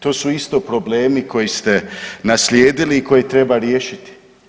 To su isto problemi koje ste naslijedili i koje treba riješiti.